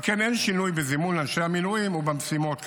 ועל כן אין שינוי בזימון אנשי המילואים ובמשימות כרגע.